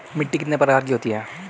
मिट्टी कितने प्रकार की होती हैं?